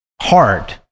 hard